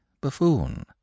buffoon